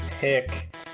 pick